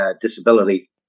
disability